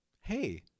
hey